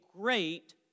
great